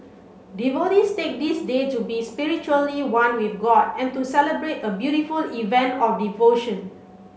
devotees take this day to be spiritually one with god and to celebrate a beautiful event of devotion